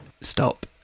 stop